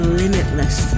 limitless